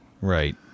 Right